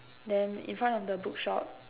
then in front of the book shop